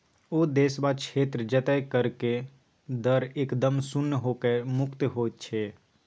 ओ देश वा क्षेत्र जतय करक दर एकदम शुन्य होए कर मुक्त क्षेत्र होइत छै